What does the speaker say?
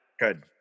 Good